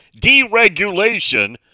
deregulation